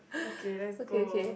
okay let's go